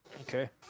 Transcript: Okay